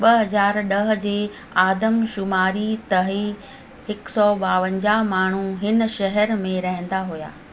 ॿ हज़ार ॾह जे आदमशुमारी तही हिकु सौ ॿावंजाह माण्हूं हिन शहर में रहंदा हुया